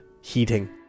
heating